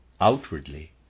outwardly